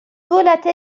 دولت